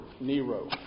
Nero